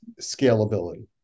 scalability